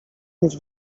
mieć